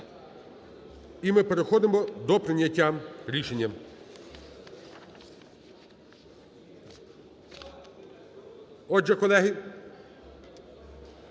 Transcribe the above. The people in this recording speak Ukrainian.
І ми переходимо до прийняття рішення. Отже, колеги,